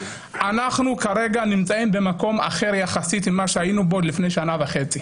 אנחנו כרגע נמצאים במקום אחר יחסית אל מה שהיינו בו לפני שנה וחצי.